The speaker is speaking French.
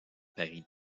paris